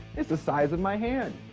it's the size of my hand.